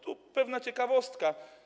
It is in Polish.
Tu pewna ciekawostka.